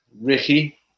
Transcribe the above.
ricky